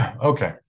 Okay